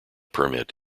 permit